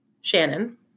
Shannon